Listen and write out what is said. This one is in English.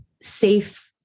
safe